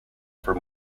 from